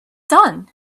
done